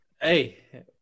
Hey